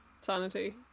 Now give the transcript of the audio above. sanity